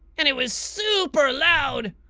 and it was super loud.